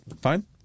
Fine